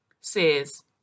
says